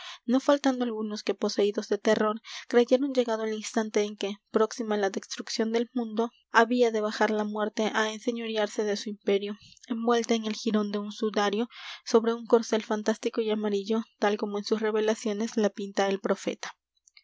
no faltando algunos que poseídos de terror creyeron llegado el instante en que próxima la destrucción del mundo había de bajar la muerte á enseñorearse de su imperio envuelta en el jirón de un sudario sobre un corcel fantástico y amarillo tal como en sus revelaciones la pinta el profeta